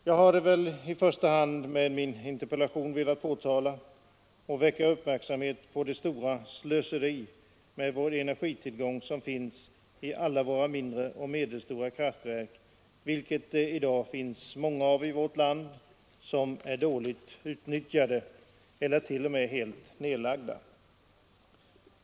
Jag har i första hand med min interpellation velat påtala och rikta uppmärksamheten mot det stora slöseri med våra energitillgångar som det innebär att ett stort antal mindre och medelstora kraftverk i vårt land i dag är dåligt utnyttjade eller t.o.m. helt nedlagda.